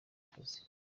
akazi